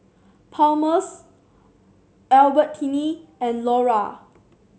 Palmer's Albertini and Lora